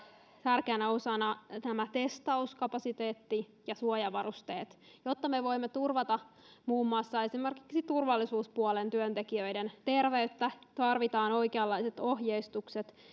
tärkeänä osana myöskin testauskapasiteetti ja suojavarusteet jotta me voimme turvata esimerkiksi turvallisuuspuolen työntekijöiden terveyttä tarvitaan oikeanlaiset ohjeistukset